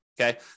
Okay